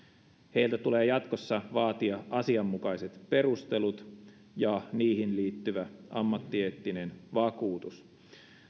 tulee jatkossa vaatia asianmukaiset perustelut ja niihin liittyvä ammattieettinen vakuutus